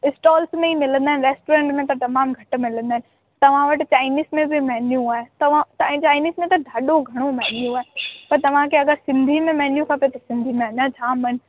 stalls में ई मिलंदा आहिनि रेस्टोरंट में त तमामु घटि मिलंदा आहिनि तव्हां वटि चाइनीज़ में बि मेन्यू आहे तव्हां चाइनीज़ में त ॾाढो घणो मेन्यू आहे पर तव्हांखे अगरि सिंधीअ में मेन्यू खपे त सिंधी में अञा जाम आहिनि